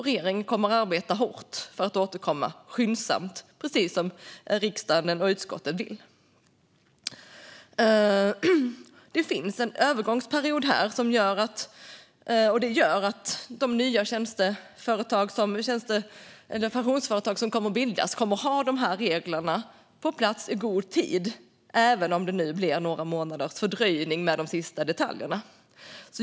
Regeringen kommer att arbeta hårt för att återkomma skyndsamt, precis som riksdagen och utskottet vill. Det finns en övergångsperiod. Det gör att de nya pensionsföretag som kommer att bildas kommer att ha reglerna på plats i god tid även om det nu blir några månaders fördröjning med de sista detaljerna.